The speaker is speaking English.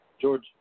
George